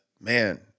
man